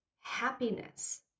happiness